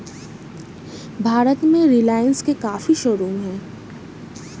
भारत में रिलाइन्स के काफी शोरूम हैं